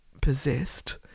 possessed